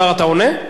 השר, אתה עונה?